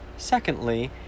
Secondly